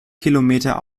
kilometer